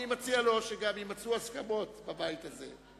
אני מציע לו שגם יימצאו הסכמות בבית הזה.